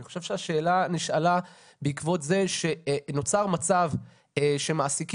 אני חושב שהשאלה נשאלה בעקבות זה שנוצר מצב שמעסיקים